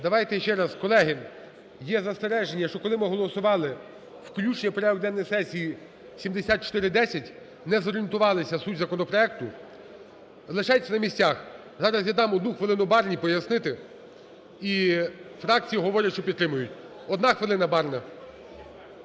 Давайте ще раз. Колеги, є застереження, що коли ми голосували включення в порядок денний сесії 7410, не зорієнтувалися в суть законопроекту. Лишайтесь на місцях. Зараз я дам одну хвилину Барні пояснити і фракції говорять, що підтримують. 1 хвилина, Барна.